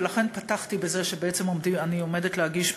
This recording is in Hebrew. ולכן פתחתי בזה שבעצם אני עומדת להגיש,